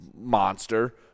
monster